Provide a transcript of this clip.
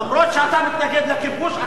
אף-על-פי שאתה מתנגד לכיבוש,